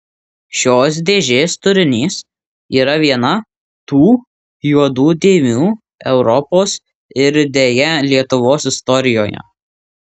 šios dėžės turinys yra viena tų juodų dėmių europos ir deja lietuvos istorijoje